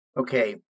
Okay